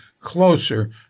closer